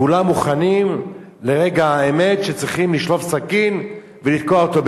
כולם מוכנים לרגע האמת שבו צריכים לשלוף סכין ולתקוע אותו במישהו.